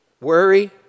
worry